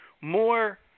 more